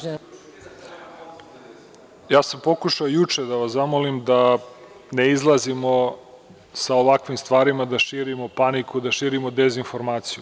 Ja sam pokušao juče da vas zamolim da ne izlazimo sa ovakvim stvarima da širimo paniku, da širimo dezinformaciju.